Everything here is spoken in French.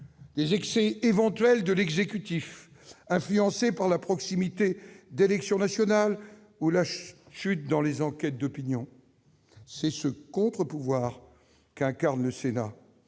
des excès éventuels de l'exécutif influencé par la proximité d'élections nationales ou par sa chute dans des enquêtes d'opinion. C'est ce contre-pouvoir qu'incarne le Sénat.